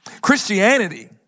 Christianity